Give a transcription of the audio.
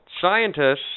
scientists